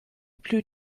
plus